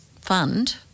fund